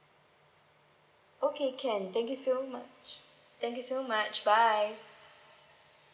okay can thank you so much thank you so much bye